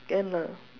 can lah